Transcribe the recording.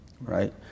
right